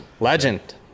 Legend